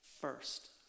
first